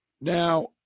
Now